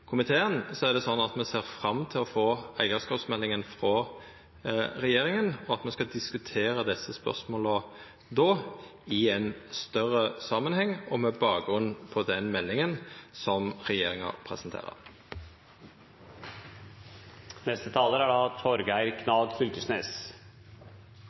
komiteen, ser me fram til å få eigarskapsmeldinga frå regjeringa og til å diskutera desse spørsmåla i ein større samanheng og med bakgrunn i den meldinga som regjeringa presenterer. Dette er